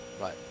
Right